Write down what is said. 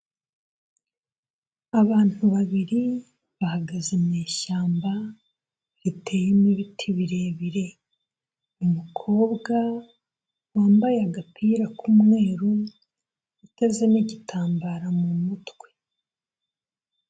Abantu babiri bahagaze mu ishyamba riteyemo ibiti birebire, umukobwa wambaye agapira k'umweru, uteze n'igitambaro mu mutwe.